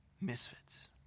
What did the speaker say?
Misfits